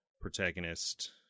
protagonist